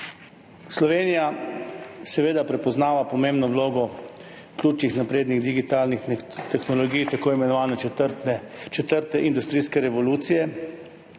Slovenija prepoznava pomembno vlogo ključnih naprednih digitalnih tehnologij, tako imenovane četrte industrijske revolucije.